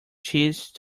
cheese